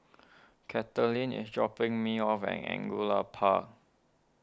Kathaleen is dropping me off at Angullia Park